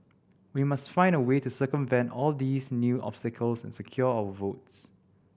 we must find a way to circumvent all these new obstacles and secure our votes